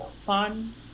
fun